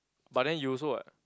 but then you also [what]